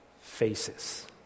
faces